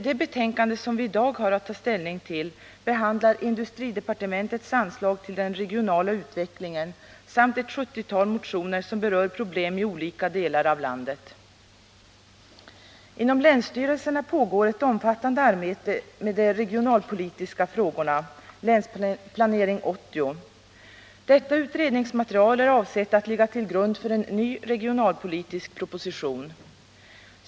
Det betänkande som vi i dag har att ta ställning till behandlar industridepartementets anslag till den regionala utvecklingen samt ett 70-tal motioner som berör problem i olika delar av landet. Inom länsstyrelserna pågår ett omfattande arbete med de regionalpolitiska frågorna — Länsplanering 80. Detta utredningsmaterial är avsett att ligga till grund för en ny regionalpolitisk proposition.